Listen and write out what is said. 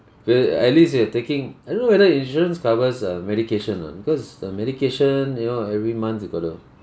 well at least you're taking I don't know whether insurance covers uh medication or not because the medication you know every month you got to